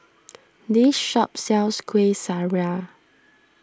this shop sells Kueh Syara